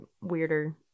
weirder